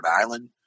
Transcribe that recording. Island